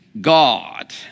God